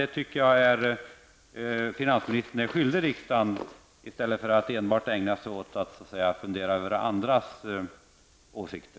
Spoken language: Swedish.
Det tycker jag finansministern är skyldig riksdagen i stället för att enbart fundera över andras åsikter.